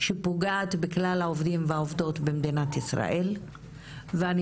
שפוגעת בכלל העובדים והעובדות במדינת ישראל ואני